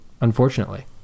unfortunately